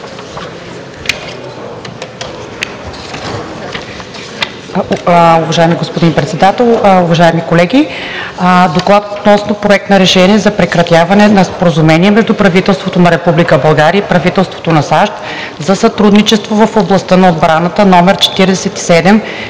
Уважаеми господин Председател, уважаеми колеги! „ДОКЛАД относно Проект на решение за прекратяване на Споразумение между правителството на Република България и правителството на САЩ за сътрудничество в областта на отбраната, №